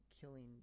killing